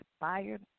expired